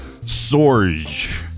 Sorge